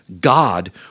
God